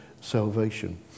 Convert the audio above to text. salvation